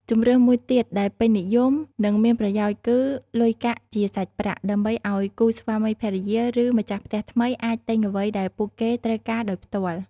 ជម្រើសមួយទៀតដែលពេញនិយម និងមានប្រយោជន៍គឺ លុយកាក់ជាសាច់ប្រាក់ ដើម្បីឱ្យគូស្វាមីភរិយា ឬម្ចាស់ផ្ទះថ្មីអាចទិញអ្វីដែលពួកគេត្រូវការដោយផ្ទាល់។